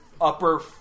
upper